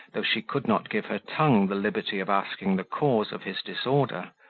though she could not give her tongue the liberty of asking the cause of his disorder